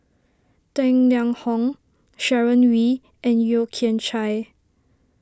Tang Liang Hong Sharon Wee and Yeo Kian Chai